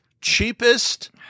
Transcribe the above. cheapest